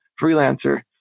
freelancer